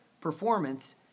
performance